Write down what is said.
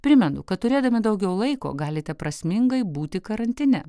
primenu kad turėdami daugiau laiko galite prasmingai būti karantine